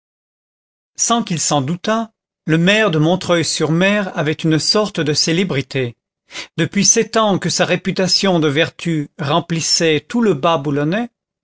sans qu'il s'en doutât le maire de montreuil sur mer avait une sorte de célébrité depuis sept ans que sa réputation de vertu remplissait tout le bas boulonnais